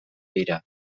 dira